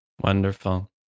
Wonderful